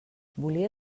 volia